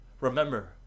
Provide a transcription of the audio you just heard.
remember